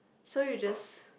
so you just